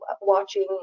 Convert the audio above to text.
watching